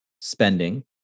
spending